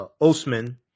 Osman